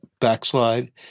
backslide